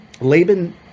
Laban